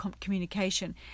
communication